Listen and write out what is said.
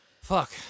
Fuck